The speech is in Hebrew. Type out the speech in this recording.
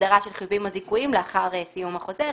הסדרה של חיובים או זיכויים לאחר סיום החוזה.